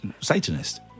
Satanist